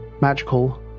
magical